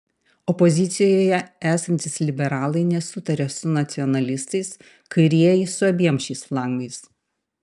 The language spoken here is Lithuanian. opozicijoje esantys liberalai nesutaria su nacionalistais kairieji su abiem šiais flangais